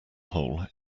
hole